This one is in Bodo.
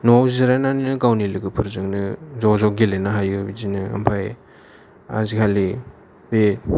न'आव जिरायनानैनो गावनि लोगोफोरजोंनो ज' ज' गेलेनो हायो ओमफ्राय बिदिनो ओमफ्राय आजिखालि बे